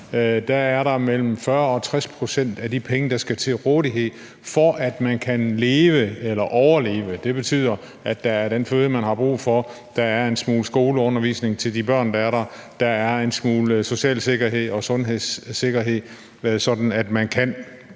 er der mellem 40 og 60 pct. af de penge til rådighed, der skal være, for at man kan leve eller overleve. Det betyder, at der er den føde, man har brug for, der er en smule skoleundervisning til de børn, der er, og der er en smule social sikkerhed og sundhedssikkerhed, sådan at man også